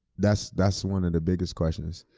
that's that's one of the biggest questions.